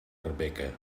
arbeca